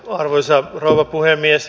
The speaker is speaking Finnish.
arvoisa rouva puhemies